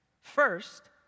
First